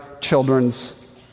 children's